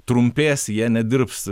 trumpės jei nedirbs